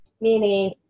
meaning